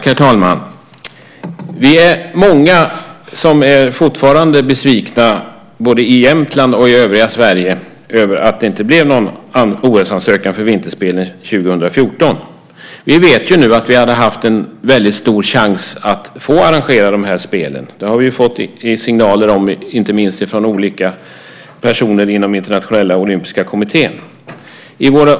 Herr talman! Vi är många som fortfarande är besvikna, både i Jämtland och i övriga Sverige, över att det inte blev någon OS-ansökan för vinterspelen 2014. Vi vet nu att vi hade haft en stor chans att få arrangera spelen. Det har vi fått signaler om inte minst från olika personer inom Internationella Olympiska Kommittén.